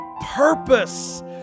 purpose